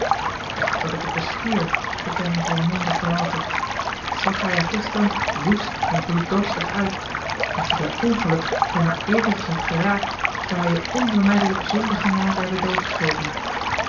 ik dacht dat ik het bestierf bekende volmondig raalte wat zag hij er gisteren woest en bloeddorstig uit als je bij ongeluk hem maar eventjes hadt geraakt zou hij je onvermijdelijk zonder genade hebben doodgeschoten